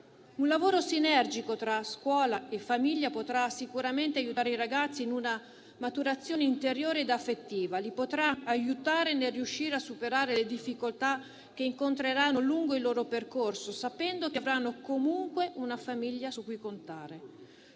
Un lavoro sinergico tra scuola e famiglia potrà sicuramente aiutare i ragazzi in una maturazione interiore ed affettiva, li potrà aiutare nel riuscire a superare le difficoltà che incontreranno lungo il loro percorso, sapendo che avranno comunque una famiglia su cui contare.